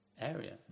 area